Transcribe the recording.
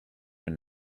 and